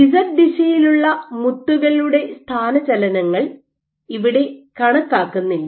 Z ദിശയിലുള്ള മുത്തുകളുടെ സ്ഥാനചലനങ്ങൾ ഇവിടെ കണക്കാക്കുന്നില്ല